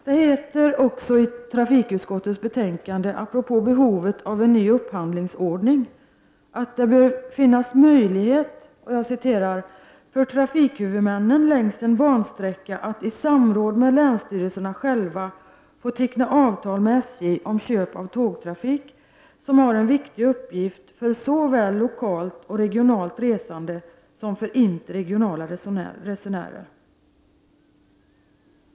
Det heter också i trafikutskottets betänkande, apropå behovet av en ny upphandlingsordning, att det bör finnas ”möjlighet för trafikhuvudmännen längs en bansträcka att i samråd med länsstyrelserna själva få teckna avtal med SJ om köp av tågtrafik, som har en viktig uppgift för såväl lokalt och regionalt resande som för interregionala resenärer”.